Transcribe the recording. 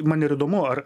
man ir įdomu ar